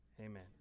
Amen